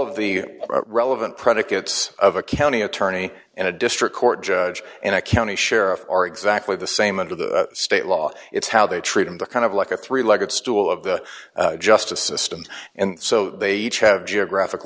of the relevant predicates of a county attorney and a district court judge in a county sheriff are exactly the same under the state law it's how they treat him the kind of like a three legged stool of the justice system and so they each have geographic